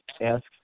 ask